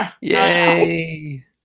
Yay